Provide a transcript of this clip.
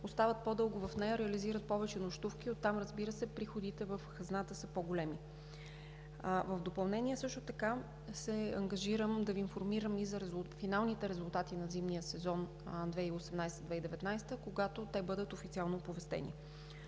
остават по-дълго в нея и реализират повече нощувки, и оттам, разбира се, приходите в хазната са по-големи. В допълнение също така се ангажирам да Ви информирам и за финалните резултати на зимния сезон 2018 – 2019, когато те бъдат официално оповестени.